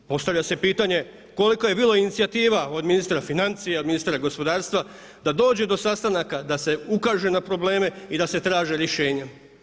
A postavlja se pitanje koliko je bilo inicijativa od ministra financija, ministra gospodarstva da dođu do sastanaka, da se ukaže na probleme i da se traže rješenja?